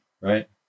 right